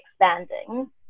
expanding